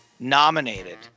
Nominated